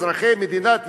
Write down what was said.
אזרחי מדינת ישראל,